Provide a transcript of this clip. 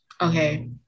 okay